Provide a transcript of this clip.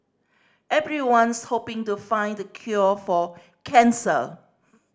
everyone's hoping to find the cure for cancer